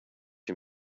him